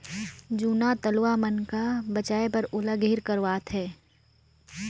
जूना तलवा मन का बचाए बर ओला गहिर करवात है